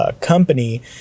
company